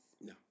No